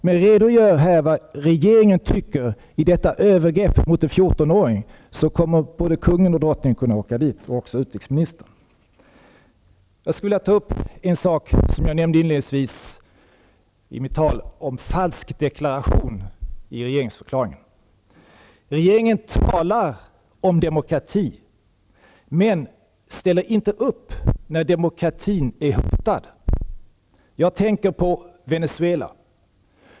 Men redogör för vad regeringen tycker när det gäller detta övergrepp mot en 14-åring, så kommer både kungen och drottningen och även utrikesministern att kunna åka till Irland. Jag skulle vilja ta upp en sak som jag nämnde inledningsvis i mitt huvudanförande, och det gäller falsk deklaration i regeringsförklaringen. Regeringen talar om demokrati men ställer inte upp när demokratin är hotad. Jag tänker på Venezuela.